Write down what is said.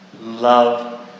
love